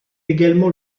également